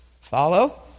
Follow